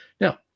Now